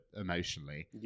emotionally